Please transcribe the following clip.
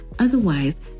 Otherwise